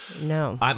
No